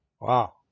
Wow